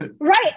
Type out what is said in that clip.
right